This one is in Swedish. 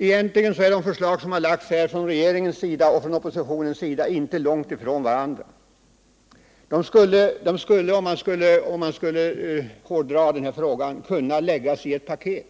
Egentligen är de förslag som lagts av regeringen och av oppositionen inte långt ifrån varandra. De skulle, om man hårdrog den här frågan, kunna läggas i ett paket.